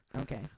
Okay